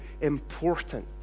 important